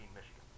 Michigan